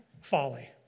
folly